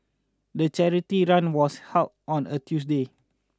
the charity run was held on a Tuesday